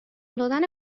دادن